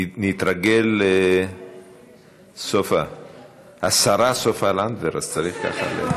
סופה, נתרגל, השרה סופה לנדבר, אז צריך להתרגל.